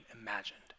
imagined